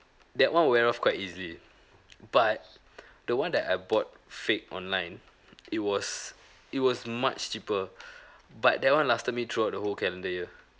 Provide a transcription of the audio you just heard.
that one wear off quite easily but the one that I bought fake online it was it was much cheaper but that one lasted me throughout the whole calendar year